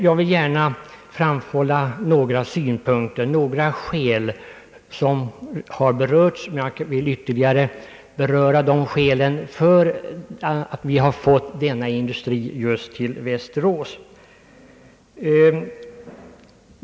Jag vill emellertid framhålla några skäl för att denna industri lokaliserats just till Västerås.